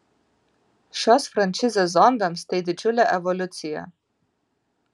šios frančizės zombiams tai didžiulė evoliucija